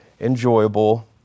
enjoyable